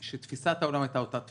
שתפיסת העולם הייתה אותה תפיסה.